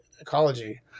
ecology